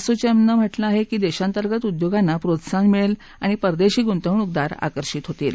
असोचॅमनं म्हटलं आहे की देशांतर्गत उद्योगांना प्रोत्साहन मिळेल आणि परदेशी गुंतवणूकदार आकर्षित होतील